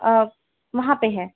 वहाँ पर है